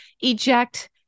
eject